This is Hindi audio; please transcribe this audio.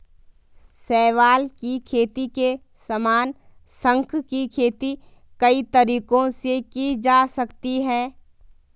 शैवाल की खेती के समान, शंख की खेती कई तरीकों से की जा सकती है